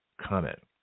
comment